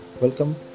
welcome